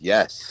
Yes